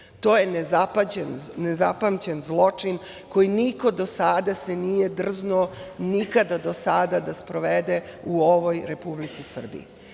To je nezapamćen zločin i niko do sada se nije drznuo, nikada do sada, da sprovede u ovoj Republici